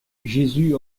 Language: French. jésus